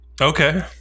Okay